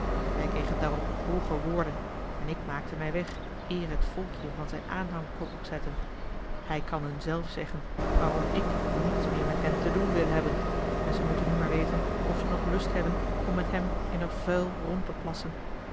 wij kregen daarop hooge woorden en ik maakte mij weg eer het volkje van zijn aanhang kwam opzetten hij kan hun zelf zeggen waarom ik niets meer met hen te doen wil hebben en ze moeten nu maar weten of ze nog lust hebben om met hem in dat vuil rond te plassen